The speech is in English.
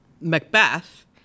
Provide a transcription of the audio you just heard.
Macbeth